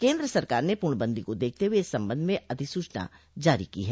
केंद्र सरकार ने पूर्णबंदी को देखते हुए इस सम्बंध में अधिसूचना जारी की है